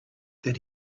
that